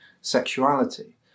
sexuality